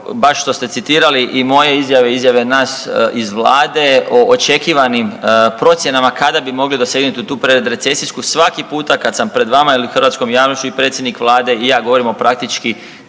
baš što ste citirali i moje izjave i izjave nas iz Vlade, o očekivanim procjenama kada bi mogli dosegnuti tu predrecesijsku, svaki puta kad sam pred vama ili hrvatskom javnošću i predsjednik Vlade i ja govorimo o praktički